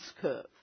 curve